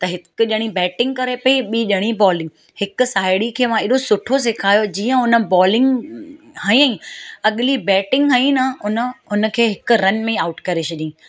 त हिकु ॼणी बैटिंग करे पई ॿी ॼणी बॉलिंग हिक साहेड़ी खे मां एॾो सुठो सेखारियो जीअं हुन बॉलिंग हयईं अॻिली बैटिंग हयईं ना हुन हुन खे हिकु रन में ई आउट करे छॾियईं